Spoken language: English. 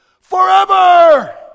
forever